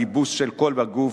גיבוס של כל הגוף,